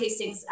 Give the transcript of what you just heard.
tastings